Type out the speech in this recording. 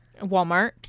Walmart